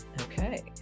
Okay